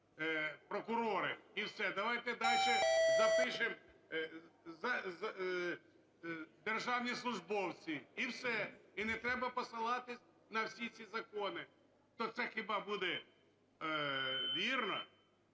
"прокурори" – і все! Давайте дальше запишемо "державні службовці" – і все! І не треба посилатися на всі ці закони! То це хіба буде вірно.